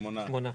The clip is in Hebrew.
שמונה.